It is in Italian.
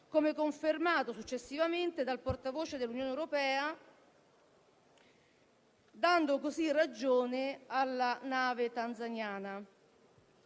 come confermato successivamente dal portavoce dell'Unione europea, dando così ragione alla nave tanzaniana.